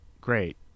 Great